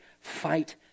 fight